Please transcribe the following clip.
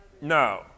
No